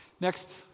Next